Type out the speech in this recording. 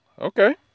Okay